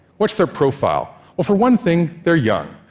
what is their profile? well, for one thing, they're young.